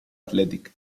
athletic